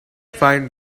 find